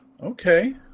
Okay